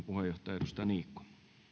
puheenjohtaja edustaja niikko